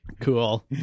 cool